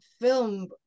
film